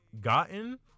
gotten